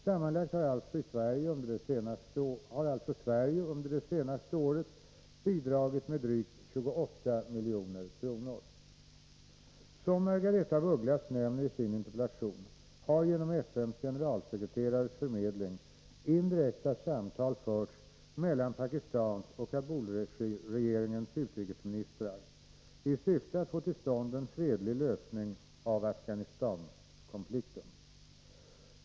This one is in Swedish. Sammanlagt har alltså Sverige under det senaste året bidragit med drygt 28 milj.kr. Som Margaretha af Ugglas nämner i sin interpellation har genom FN:s generalsekreterares förmedling indirekta samtal förts mellan Pakistans och Kabulregeringens utrikesministrar i syfte att få till stånd en fredlig lösning av Afghanistankonflikten.